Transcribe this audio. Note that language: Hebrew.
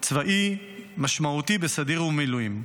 צבאי משמעותי בסדיר ובמילואים.